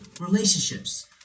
relationships